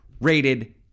rated